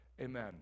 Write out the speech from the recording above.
Amen